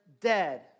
dead